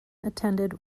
attended